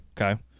Okay